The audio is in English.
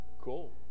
Cool